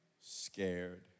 Scared